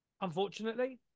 unfortunately